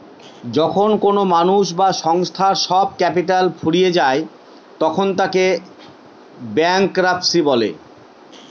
যখন কোনো মানুষ বা সংস্থার সব ক্যাপিটাল ফুরিয়ে যায় তখন তাকে ব্যাংকরাপসি বলে